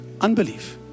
Unbelief